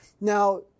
Now